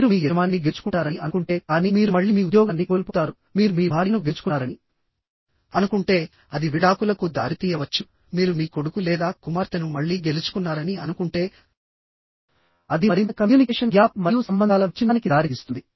మీరు మీ యజమానిని గెలుచుకుంటారని అనుకుంటే కానీ మీరు మళ్ళీ మీ ఉద్యోగాన్ని కోల్పోతారు మీరు మీ భార్యను గెలుచుకున్నారని అనుకుంటే అది విడాకులకు దారితీయవచ్చు మీరు మీ కొడుకు లేదా కుమార్తెను మళ్లీ గెలుచుకున్నారని అనుకుంటే అది మరింత కమ్యూనికేషన్ గ్యాప్ మరియు సంబంధాల విచ్ఛిన్నానికి దారితీస్తుంది